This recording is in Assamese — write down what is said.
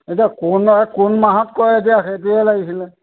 এতিয়া কোন নহয় কোন মাহত কৰে এতিয়া সেইটোহে লাগিছিল